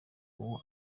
uwo